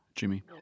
Jimmy